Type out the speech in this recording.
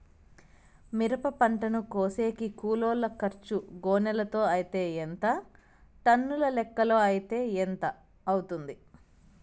మిరప పంటను కోసేకి కూలోల్ల ఖర్చు గోనెలతో అయితే ఎంత టన్నుల లెక్కలో అయితే ఎంత అవుతుంది?